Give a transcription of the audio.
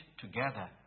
together